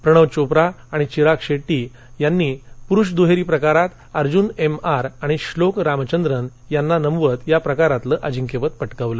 प्रणव चोप्रा आणि चिराग शद्दी यांनी पुरुष दुहहीीप्रकारांत अर्जुन एम आर आणि श्लोक रामचंद्रन यांनी नमवत या प्रकारांतील अजिंक्यपद पटकावलं